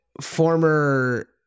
former